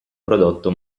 prodotto